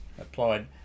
applied